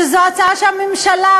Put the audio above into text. שזו הצעה שהממשלה,